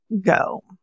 go